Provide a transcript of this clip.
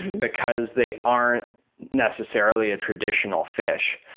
because they aren't necessarily a traditional fish.